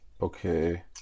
Okay